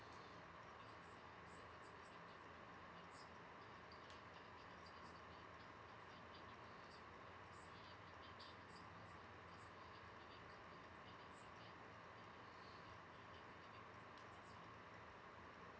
okay